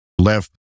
left